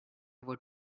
what